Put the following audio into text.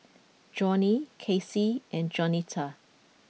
Johnny Casie and Jaunita